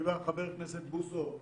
חבר הכנסת בוסו,